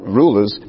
rulers